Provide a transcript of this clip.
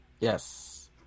Yes